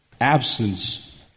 absence